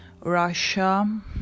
Russia